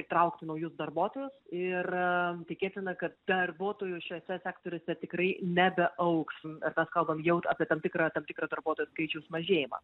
pritraukti naujus darbuotojus ir tikėtina kad darbuotojų šiuose sektoriuose tikrai nebeaugs mes kalbam jau apie tam tikrą tam tikrą darbuotojų skaičiaus mažėjimą